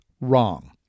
wrong